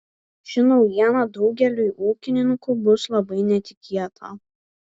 ši naujiena daugeliui ūkininkų bus labai netikėta